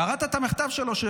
קראת את המכתב שלו?